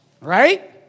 Right